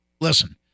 listen